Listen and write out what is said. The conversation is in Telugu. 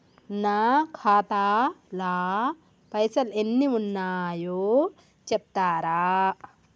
నా ఖాతా లా పైసల్ ఎన్ని ఉన్నాయో చెప్తరా?